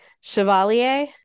chevalier